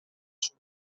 sul